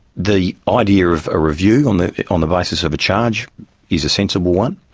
the idea of a review on the on the basis of a charge is a sensible one,